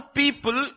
people